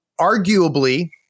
arguably